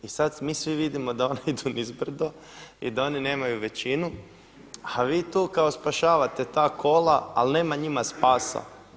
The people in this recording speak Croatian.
I sad mi svi vidimo da ona idu nizbrdo i da oni nemaju većinu, a vi tu kao spašavate ta kola, ali nema njima spasa.